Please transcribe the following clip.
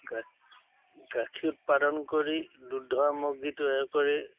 গাখীৰ উৎপাদন কৰি দুগ্ধ সামগ্ৰী তৈয়াৰ কৰি